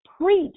Preach